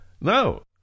no